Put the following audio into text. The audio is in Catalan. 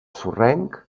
sorrenc